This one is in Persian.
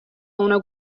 اونا